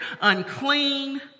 unclean